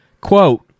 Quote